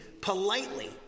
politely